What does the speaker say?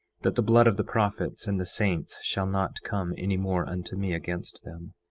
that the blood of the prophets and the saints shall not come any more unto me against them.